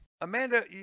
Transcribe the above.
amanda